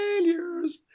failures